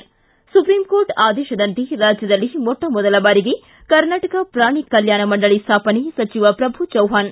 ಿ supreme court ಆದೇಶದಂತೆ ರಾಜ್ಯದಲ್ಲಿ ಮೊಟ್ಟ ಮೊದಲ ಬಾರಿಗೆ ಕರ್ನಾಟಕ ಪ್ರಾಣಿ ಕಲ್ಕಾಣ ಮಂಡಳ ಸ್ಥಾಪನೆ ಸಚಿವ ಪ್ರಭು ಚವ್ಹಾಣ್